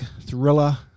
thriller